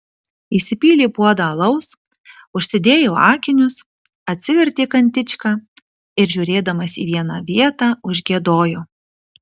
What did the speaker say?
įsipylė puodą alaus užsidėjo akinius atsivertė kantičką ir žiūrėdamas į vieną vietą užgiedojo